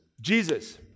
Jesus